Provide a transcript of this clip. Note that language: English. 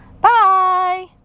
Bye